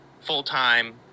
full-time